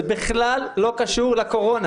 זה בכלל לא קשור לקורונה.